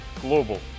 global